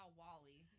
wally